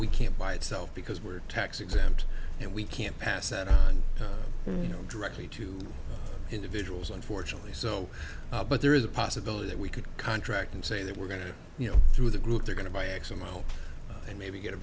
we can't by itself because we're tax exempt and we can't pass you know directly to individuals unfortunately so but there is a possibility that we could contract and say that we're going to you know through the group they're going to buy x amount and maybe get a